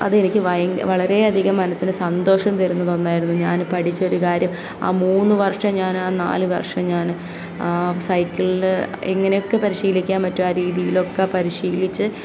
അതെനിക്ക് ഭയ വളരെയധികം മനസ്സിന് സന്തോഷം തരുന്ന് തന്നായിരുന്നു ഞാൻ പഠിച്ച ഒരു കാര്യം ആ മൂന്ന് വർഷം ഞാൻ ആ നാല് വർഷം ഞാൻ ആ സൈക്കിളിൽ എങ്ങനെയൊക്കെ പരിശീലിക്കാൻ പറ്റും ആ രീതിയിലൊക്കെ പരിശീലിച്ച്